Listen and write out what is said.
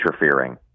interfering